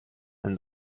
and